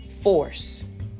force